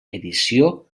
edició